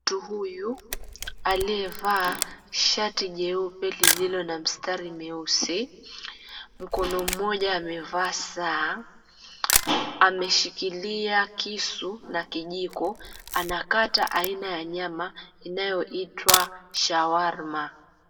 Mtu huyu aliyevaa shati jeupe lililo na mistari mieusi. Mkono mmoja amevaa saa, ameshikilia kisu na kijiko, anakata aina ya nyama inayoitwa shawarma.